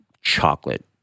chocolate